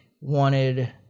wanted